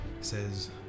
says